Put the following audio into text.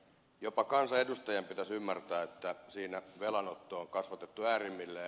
jopa kansanedustajan pitäisi ymmärtää että siinä velanottoa on kasvatettu äärimmilleen